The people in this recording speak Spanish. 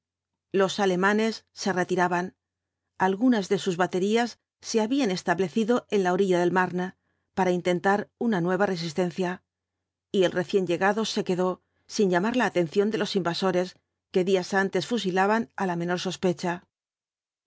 apcoalipsis alemanes se retiraban algunas de sus baterías se habían establecido en la orilla del mame para intentar una nueva resistencia y el recién llegado se quedó sin llamar la atención de los invasores que días antes fusilaban á la menor sospecha se